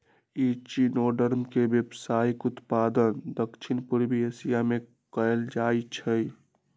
echinoderm के व्यावसायिक उत्पादन दक्षिण पूर्व एशिया में कएल जाइ छइ